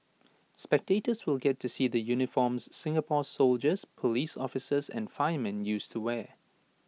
spectators will get to see the uniforms Singapore's soldiers Police officers and firemen used to wear